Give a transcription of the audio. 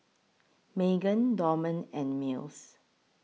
Magen Dorman and Mills